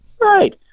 Right